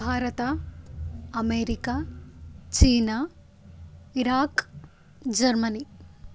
Bharat America China Iraq Germany